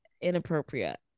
inappropriate